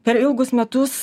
per ilgus metus